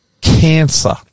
cancer